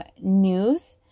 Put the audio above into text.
news